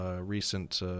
recent